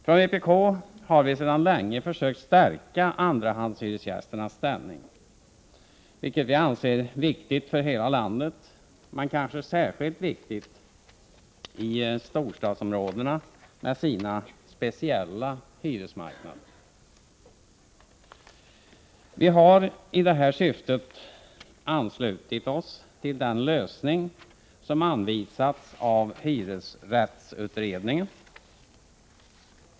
Från vpk har vi sedan länge försökt stärka andrahandshyresgästernas ställning, vilket vi anser viktigt för hela landet men kanske särskilt viktigt i storstadsområdena med sina speciella hyresmarknader. Vi har i det här syftet anslutit oss till den lösning som anvisats av hyresrättsutredningen.